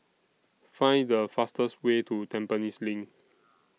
Find The fastest Way to Tampines LINK